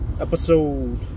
episode